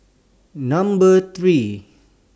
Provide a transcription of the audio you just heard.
Number three